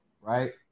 right